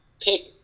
pick –